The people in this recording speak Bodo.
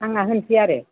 आंना होननोसै आरो